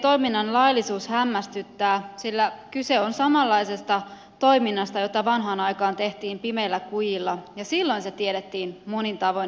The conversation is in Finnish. pikavippitoiminnan laillisuus hämmästyttää sillä kyse on samanlaisesta toiminnasta jota vanhaan aikaan tehtiin pimeillä kujilla ja silloin se tiedettiin monin tavoin hämärähommaksi